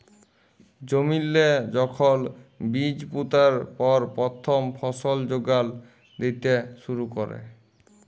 জমিল্লে যখল বীজ পুঁতার পর পথ্থম ফসল যোগাল দ্যিতে শুরু ক্যরে